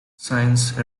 science